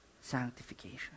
sanctification